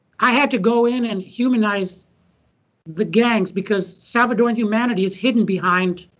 i had to go in and humanize the gangs. because salvadoran humanity is hidden behind